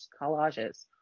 collages